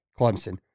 Clemson